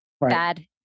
Bad